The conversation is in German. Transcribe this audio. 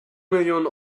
millionen